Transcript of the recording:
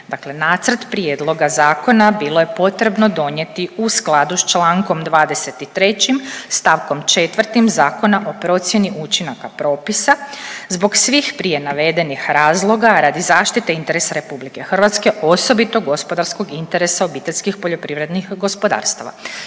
Dakle, Nacrt prijedloga zakona bilo je potrebno donijeti u skladu s čl. 23. st. 4. Zakona o procjeni učinaka propisa zbog svih prije navedenih razloga radi zaštite interesa RH osobito gospodarskog interesa OPG-ova. Napominjem kako procjena